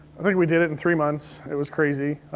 i think we did it in three months. it was crazy.